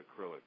acrylic